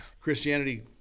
Christianity